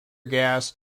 gas